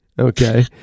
Okay